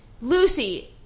Lucy